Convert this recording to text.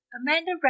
Amanda